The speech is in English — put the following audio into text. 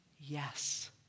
Yes